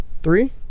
Three